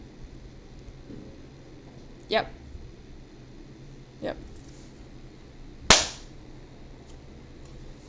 yup yup